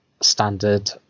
standard